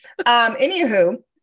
anywho